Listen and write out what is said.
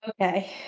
Okay